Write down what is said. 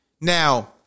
now